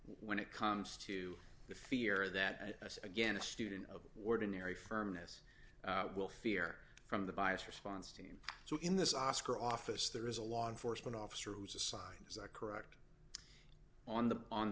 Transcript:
n it comes to the fear that again a student of ordinary firmness will fear from the bias response team so in this oscar office there is a law enforcement officer who's assigned as a correct on the on